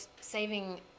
saving